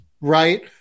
right